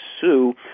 Sue